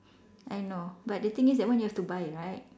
I know but the thing is when you have buy right